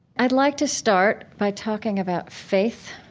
i'd like to start by talking about faith,